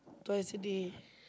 twice a day